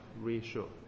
ratio